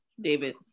David